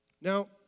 Now